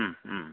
Om Om